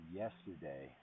yesterday